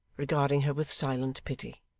regarding her with silent pity.